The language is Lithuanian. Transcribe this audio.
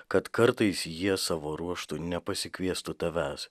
kad kartais jie savo ruožtu nepasikviestų tavęs